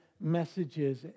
messages